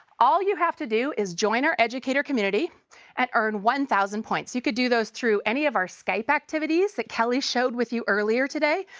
all you have to do is join our educator community and earn one thousand points. you could do those through any of our skype activities that kelly showed with you earlier today.